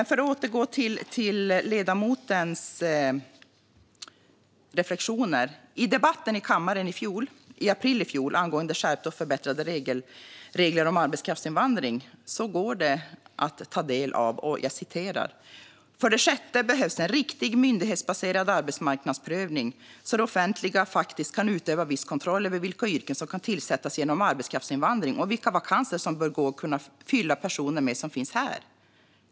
För att återgå till ledamotens reflektioner: I debatten i kammaren i april i fjol angående skärpta och förbättra regler för arbetskraftsinvandring går det att ta del av detta: "För det sjätte behövs en riktig, myndighetsbaserad arbetsmarknadsprövning så att det offentliga faktiskt kan utöva viss kontroll över vilka yrken som kan tillsättas genom arbetskraftsinvandring och vilka vakanser som bör gå att fylla med personer som redan finns här.